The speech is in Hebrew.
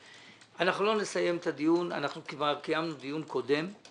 אנחנו לא נסיים את הדיון, אנחנו קיימנו דיון קודם.